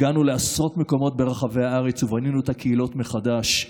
הגענו לעשרות מקומות ברחבי הארץ ובנינו את הקהילות מחדש,